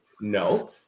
No